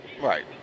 Right